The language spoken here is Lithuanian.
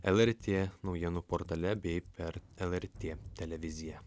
lrt naujienų portale bei per lrt televiziją